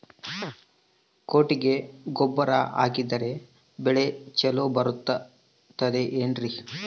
ಕೊಟ್ಟಿಗೆ ಗೊಬ್ಬರ ಹಾಕಿದರೆ ಬೆಳೆ ಚೊಲೊ ಬರುತ್ತದೆ ಏನ್ರಿ?